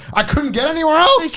i couldn't get anywhere else!